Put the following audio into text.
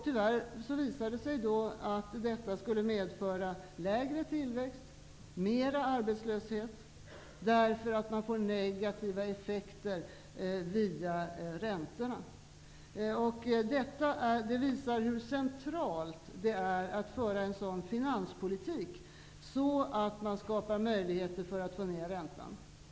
Tyvärr visar det sig att detta skulle medföra lägre tillväxt och mer arbetslöshet därför att man får negativa effekter via räntorna. Detta visar hur centralt det är att föra en sådan finanspolitik att man skapar möjligheter att få ned räntan.